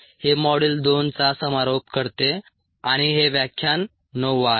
हे मॉड्युल 2 चा समारोप करते आणि हे व्याख्यान 9 आहे